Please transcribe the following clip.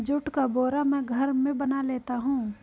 जुट का बोरा मैं घर में बना लेता हूं